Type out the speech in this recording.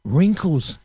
Wrinkles